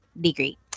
degree